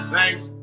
Thanks